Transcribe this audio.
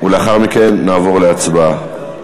לאחר מכן נעבור להצבעה.